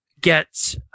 get